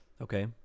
Okay